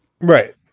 Right